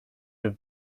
have